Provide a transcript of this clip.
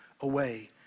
away